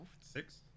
Six